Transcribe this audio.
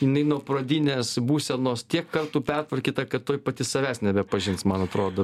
jinai nuo pradinės būsenos tiek kartų pertvarkyta kad tuoj pati savęs nebepažins man atrodo